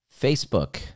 facebook